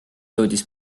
jõudis